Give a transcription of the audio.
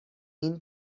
این